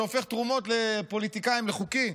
שהופך תרומות לפוליטיקאים לחוקיות?